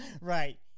Right